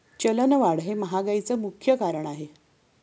चलनवाढ हे महागाईचे मुख्य कारण आहे